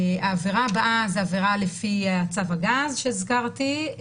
העבירה הבאה היא עבירה לפי צו הגז שהזכרתי.